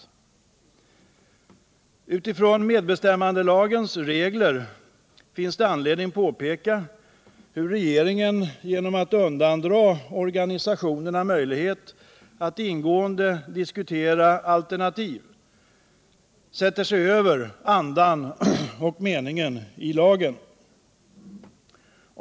Med utgångspunkt i medbestämmandelagens regler finns det anledning påpeka hur regeringen genom att undandra organisationerna möjlighet att ingående diskutera alternativ sätter sig över andan och meningen i lagen.